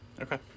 okay